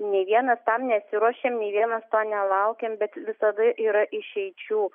nei vienas tam nesiruošėm nei vienas to nelaukėm bet visada yra išeičių